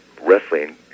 wrestling